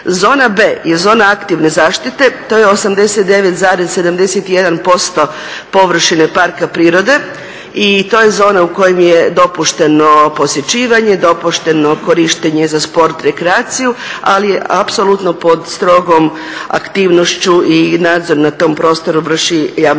Zona B je zona aktivne zaštite, to je 89,71% površine parka prirode i to je zona u kojem je dopušteno posjećivanje, dopušteno korištenje za sport, rekreaciju ali je apsolutno pod strogom aktivnošću i nadzor nad tom području vrši javna